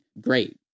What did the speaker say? great